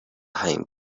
هنگ